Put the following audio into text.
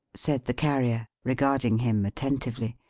said the carrier, regarding him attentively.